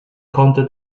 konnte